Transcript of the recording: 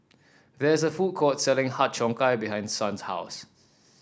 there is a food court selling Har Cheong Gai behind Son's house